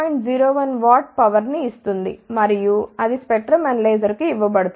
01 W power ని ఇస్తుంది మరియు అది స్పెక్ట్రం అనలైజర్కు ఇవ్వబడుతుంది